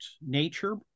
nature